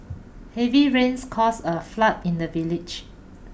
heavy rains caused a flood in the village